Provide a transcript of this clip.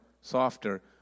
softer